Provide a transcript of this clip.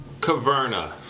Caverna